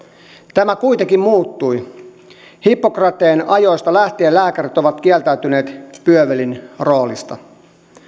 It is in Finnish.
tämä kuitenkin muuttui hippokrateen ajoista lähtien lääkärit ovat kieltäytyneet pyövelin roolista